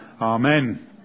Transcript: Amen